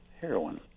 heroin